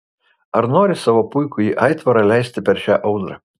ar nori savo puikųjį aitvarą leisti per šią audrą